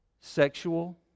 sexual